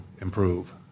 improve